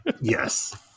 Yes